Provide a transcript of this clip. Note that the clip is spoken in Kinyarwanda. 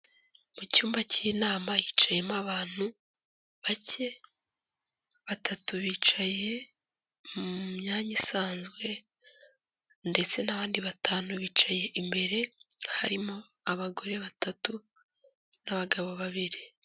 Mu cyumba cy'inama hicayemo abantu bake, batatu bicaye mu myanya isanzwe ndetse n'abandi batanu bicaye imbere, harimo abagore batatu n'abagabo babiri.